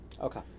Okay